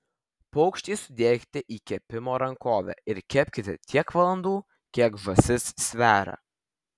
paukštį sudėkite į kepimo rankovę ir kepkite tiek valandų kiek žąsis sveria